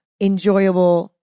enjoyable